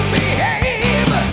behave